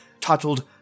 titled